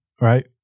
Right